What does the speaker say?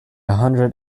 hundred